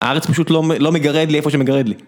הארץ פשוט לא מגרד לי איפה שמגרד לי.